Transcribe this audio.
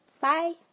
bye